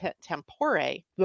tempore